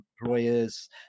employers